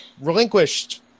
relinquished